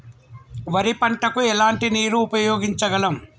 వరి పంట కు ఎలాంటి నీరు ఉపయోగించగలం?